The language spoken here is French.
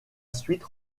suite